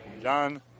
John